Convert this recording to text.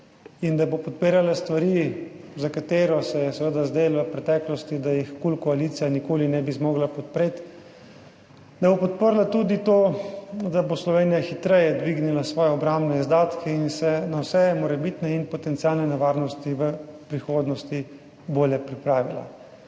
in da bo podpirala stvari, za katero se je seveda zdelo v preteklosti, da jih Kul koalicija nikoli ne bi zmogla podpreti, da bo podprla tudi to, da bo Slovenija hitreje dvignila svoje obrambne izdatke in se na vse morebitne in potencialne nevarnosti v prihodnosti bolje pripravila.